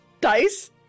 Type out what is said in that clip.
Dice